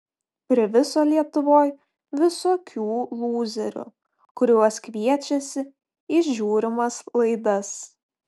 priviso lietuvoj visokių lūzerių kuriuos kviečiasi į žiūrimas laidas